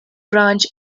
branch